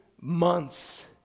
months